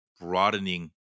broadening